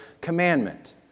commandment